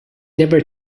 never